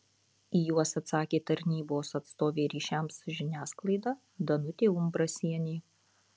į juos atsakė tarnybos atstovė ryšiams su žiniasklaida danutė umbrasienė